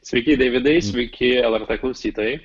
sveiki deividai sveiki lrt klausytojai